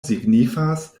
signifas